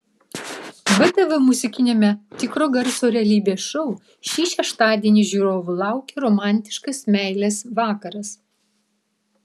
btv muzikiniame tikro garso realybės šou šį šeštadienį žiūrovų laukia romantiškas meilės vakaras